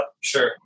sure